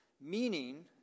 Meaning